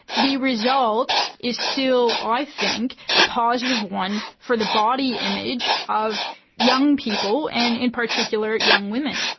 the result is still i think a positive one for the body image of young people, and in particular young women.